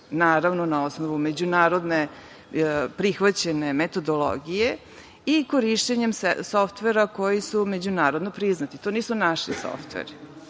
naravno na osnovu međunarodne prihvaćene metodologije i korišćenjem softvera koji su međunarodno priznati. To nisu naši softveri,